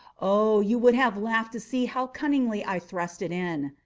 oh, you would have laughed to see how cunningly i thrust it in!